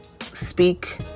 speak